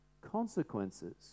consequences